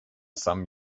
some